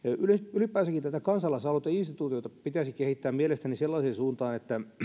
ylipäänsäkin tätä kansalaisaloiteinstituutiota pitäisi kehittää mielestäni sellaiseen suuntaan että